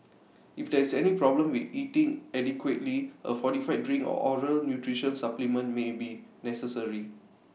if there is any problem with eating adequately A fortified drink or oral nutrition supplement may be necessary